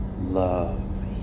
Love